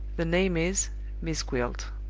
the name is miss gwilt.